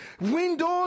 Windows